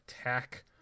attack